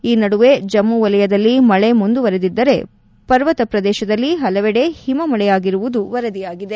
ಈ ನಡುವೆ ಜಮ್ನು ವಲಯದಲ್ಲಿ ಮಳೆ ಮುಂದುವರೆದಿದ್ದರೆ ಪರ್ವತ ಪದೇಶದಲ್ಲಿ ಹಲವೆಡೆ ಹಿಮ ಮಳೆಯಾಗಿರುವುದಾಗಿ ವರದಿಯಾಗಿದೆ